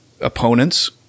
opponents